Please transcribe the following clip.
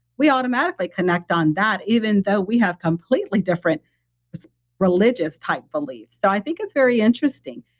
we automatically connect on that even though we have completely different religious type belief. so, i think it's very interesting.